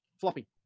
Floppy